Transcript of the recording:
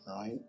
right